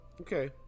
Okay